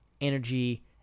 energy